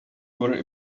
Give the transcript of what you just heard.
worry